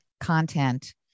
content